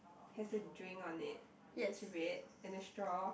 has a drink on it that's red and a straw